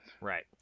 right